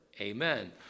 amen